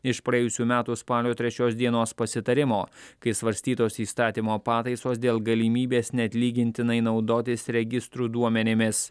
iš praėjusių metų spalio trečios dienos pasitarimo kai svarstytos įstatymo pataisos dėl galimybės neatlygintinai naudotis registrų duomenimis